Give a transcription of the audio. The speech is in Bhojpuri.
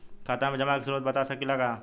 खाता में जमा के स्रोत बता सकी ला का?